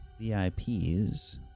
VIPs